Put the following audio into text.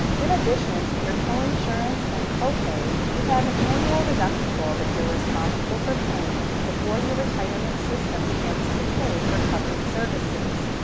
in addition to your coinsurance and copay, you have an annual deductible that you're responsible for paying before your retirement system begins to pay for covered services.